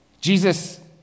Jesus